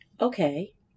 okay